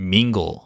Mingle